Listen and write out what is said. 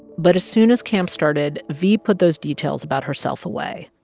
but as soon as camp started, v put those details about herself away.